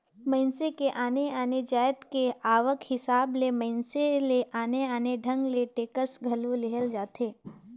मइनसे के आने आने जाएत के आवक हिसाब ले मइनसे ले आने आने ढंग ले टेक्स घलो लेहल जाथे